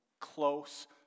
close